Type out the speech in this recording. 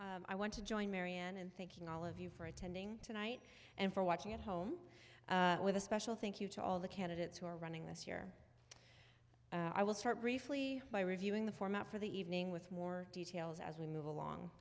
beecher i want to join marian and thanking all of you for attending tonight and for watching at home with a special thank you to all the candidates who are running this year i will start briefly by reviewing the format for the evening with more details as we move along